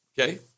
Okay